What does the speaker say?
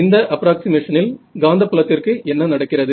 இந்த அப்ராக்ஸிமேஷன் இல் காந்த புலத்திற்கு என்ன நடக்கிறது